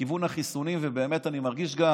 בכיוון החיסונים, ובאמת אני מרגיש גם